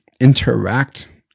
interact